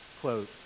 quote